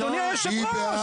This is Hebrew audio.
אדוני היושב ראש,